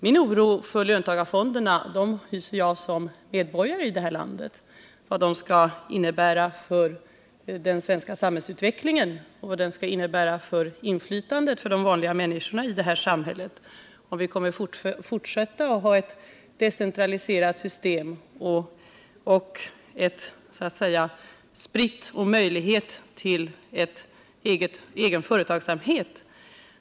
Min oro för löntagarfonderna hyser jag som medborgare i det här landet, och som sådan hyser jag oro för vad de skall innebära för den svenska samhällsutvecklingen, för inflytandet för de vanliga människorna i det här samhället, för möjligheterna att bibehålla ett decentraliserat system med någon enskild företagsamhet.